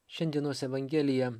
šiandienos evangelija